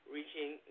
Reaching